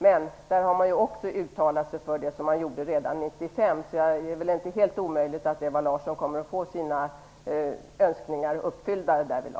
Men där har man ju också uttalat sig för det som man uttalade sig för redan 1995, så det är väl inte helt omöjligt att Ewa Larsson kommer att få sina önskningar därvidlag uppfyllda.